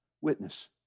Witness